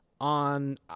On